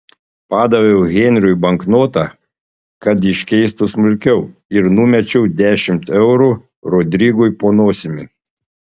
padaviau henriui banknotą kad iškeistų smulkiau ir numečiau dešimt eurų rodrigui po nosimi